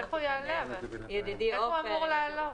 איך הוא אמור לעלות?